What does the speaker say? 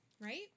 Right